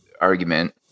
argument